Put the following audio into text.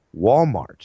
Walmart